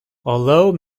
although